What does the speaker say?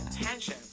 attention